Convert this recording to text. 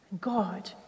God